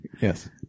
Yes